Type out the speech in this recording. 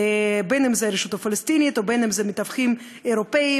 בין שזו הרשות הפלסטינית ובין שאלה מתווכים אירופים,